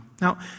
Now